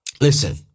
listen